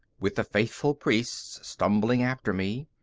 with the faithful priests stumbling after me,